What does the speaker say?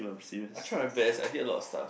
I tried my best I did a lot of stuff